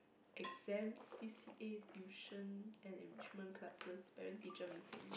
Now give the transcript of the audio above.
exams C_C_A tuition and enrichment classes parent teacher meeting